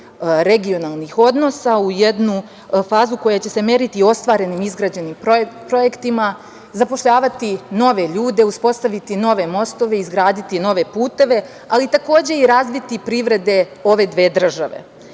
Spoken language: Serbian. regionalnih odnosa, u jednu fazu koja će se meriti ostvarenim, izgrađenim projektima, zapošljavati nove ljude, uspostaviti nove mostove, izgraditi nove puteve, ali takođe i razviti privrede ove dve države,